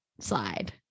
slide